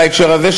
בהקשר הזה,